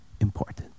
important